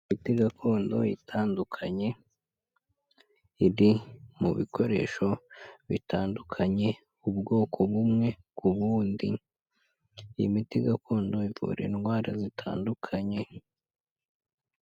Imiti gakondo itandukanye iri mu bikoresho bitandukanye, ubwoko bumwe ku bundi, imiti gakondo ivura indwara zitandukanye.